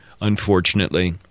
unfortunately